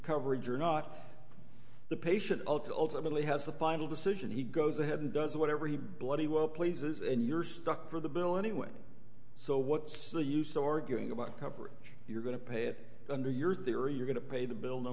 coverage or not the patient to ultimately has the final decision he goes ahead and does whatever he bloody well pleases and you're stuck for the bill anyway so what's the use or going about coverage you're going to pay it under your theory you're going to pay the bill no